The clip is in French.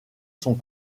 sont